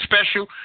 special